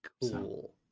Cool